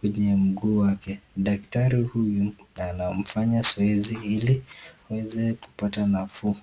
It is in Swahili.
kwenye mguu wake. Daktari huyu anamfanya zoezi ili aweze kupata nafuu.